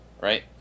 right